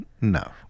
No